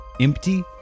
empty